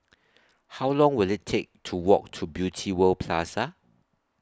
How Long Will IT Take to Walk to Beauty World Plaza